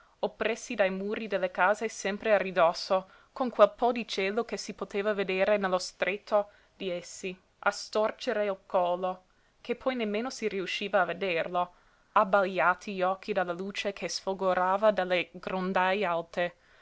oppressi dai muri delle case sempre a ridosso con quel po di cielo che si poteva vedere nello stretto di essi a storcere il collo che poi nemmeno si riusciva a vederlo abbagliati gli occhi dalla luce che sfolgorava dalle grondaie alte